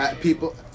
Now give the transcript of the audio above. People